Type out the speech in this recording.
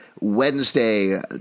Wednesday